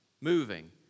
Moving